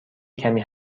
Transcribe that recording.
کمی